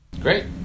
Great